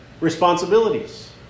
responsibilities